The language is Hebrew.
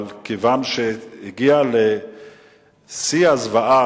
אבל כיוון שהגיע לשיא הזוועה,